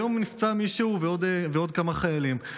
היום נפצע מישהו ועוד כמה חיילים.